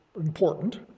important